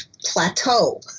Plateau